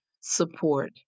support